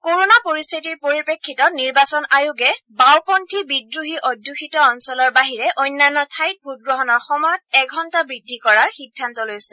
corona পৰিস্থিতিৰ পৰিপ্ৰেক্ষিতত নিৰ্বাচন আয়োগে বাওঁপন্থী বিদ্ৰোহী অধ্যুষিত অঞ্চলৰ বাহিৰে অন্যান্য ঠাইত ভোটগ্ৰহণৰ সময় এঘণ্টা বৃদ্ধি কৰাৰ সিদ্ধান্ত লৈছে